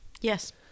Yes